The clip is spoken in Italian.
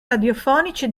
radiofonici